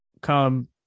come